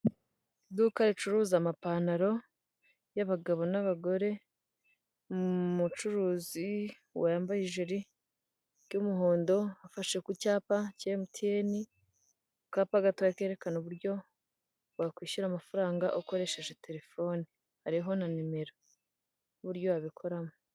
Iduka ricuruza amapantaro y'abagabo n'abagore, umucuruzi wambaye ijirie ry'umuhondo afashe ku cyapa cya MTN, akapa gatoya kerekana uburyo wakwishyura amafaranga ukoresheje telefone hariho na nimero n'uburyo wabikoramo.